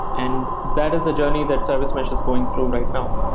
and that is the journey that service mesh is going through right now